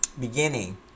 beginning